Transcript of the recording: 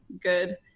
good